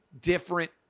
different